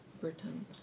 Britain